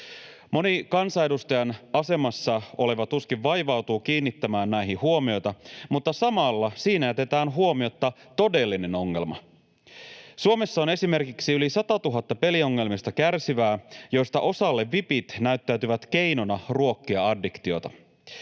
Moni kansanedustajan asemassa oleva tuskin vaivautuu kiinnittämään näihin huomiota, mutta samalla siinä jätetään huomiotta todellinen ongelma. Suomessa on esimerkiksi yli 100 000 peliongelmista kärsivää, joista osalle vipit näyttäytyvät keinona ruokkia addiktiota.